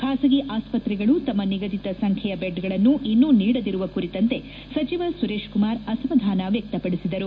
ಖಾಸಗಿ ಆಸ್ತ್ರೆಗಳು ತಮ್ಮ ನಿಗದಿತ ಸಂಖ್ಯೆಯ ಬೆಡ್ ಗಳನ್ನು ಇನ್ನೂ ನೀಡದಿರುವ ಕುರಿತಂತೆ ಸಚಿವ ಸುರೇಶ ಕುಮಾರ್ ಅಸಮಾಧಾನ ವ್ಯಕ್ತಪಡಿಸಿದರು